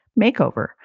makeover